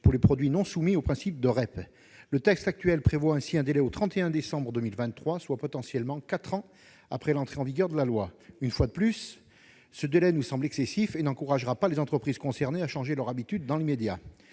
pour les produits non soumis au principe de REP. Le texte actuel prévoit un délai courant jusqu'au 31 décembre 2023, soit potentiellement quatre ans après l'entrée en vigueur de la loi. Une fois de plus, ce délai nous semble excessif et n'encouragera pas les entreprises concernées à changer leurs habitudes dans l'immédiat.